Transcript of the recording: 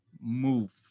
Move